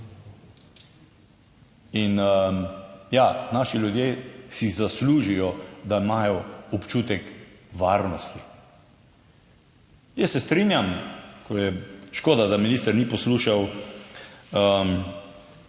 In ja, naši ljudje si zaslužijo, da imajo občutek varnosti. Jaz se strinjam, ko je, škoda da minister ni poslušal